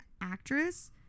actress